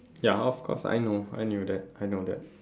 ya of course I know I knew that I know that